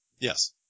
Yes